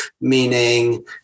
meaning